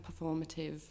performative